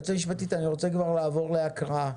היועצת המשפטית, אני רוצה לעבור להקראה